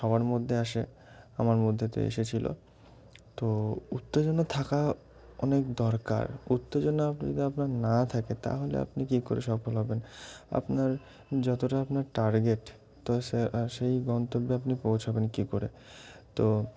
সবার মধ্যে আসে আমার মধ্যে তো এসেছিলো তো উত্তেজনা থাকা অনেক দরকার উত্তেজনা যদি আপনার না থাকে তাহলে আপনি কী করে সফল হবেন আপনার যতটা আপনার টার্গেট তো সে সেই গন্তব্যে আপনি পৌঁছবেন কী করে তো